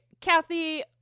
Kathy